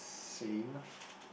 same